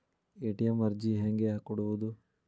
ATM ಅರ್ಜಿ ಹೆಂಗೆ ಕೊಡುವುದು?